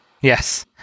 Yes